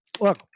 look